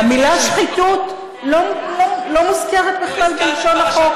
המילה "שחיתות" לא מוזכרת בכלל בלשון החוק.